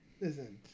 listen